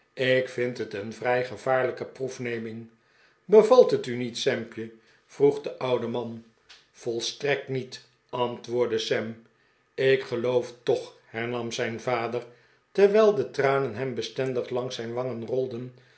ik vind het een vrij gevaarlijke proefneming bevalt het u niet sampje vroeg de oude man volstrekt niet antwoordde sam ik geloof toch hernam zijn vader terwijl de tranen hem bestendig langs zijn wangen rolden